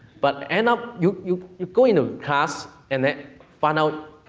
but, end up, you you go in a class, and then find out,